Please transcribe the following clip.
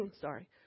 sorry